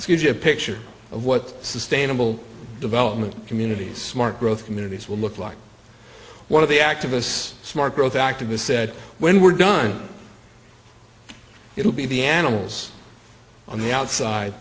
you a picture of what sustainable development communities smart growth communities will look like one of the activists smart growth activists said when we're done it will be the animals on the outside